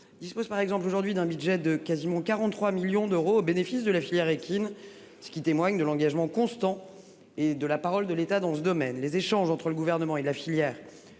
il par exemple aujourd'hui d'un budget de quasiment 43 millions d'euros au bénéfice de la filière équine. Ce qui témoigne de l'engagement constant et de la parole de l'État dans ce domaine. Les échanges entre le gouvernement et la filière sont